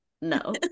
no